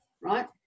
right